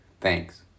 Thanks